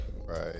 right